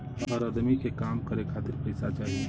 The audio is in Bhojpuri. हर अदमी के काम करे खातिर पइसा चाही